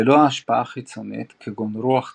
ללא השפעה חיצונית, כגון רוח צד,